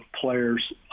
players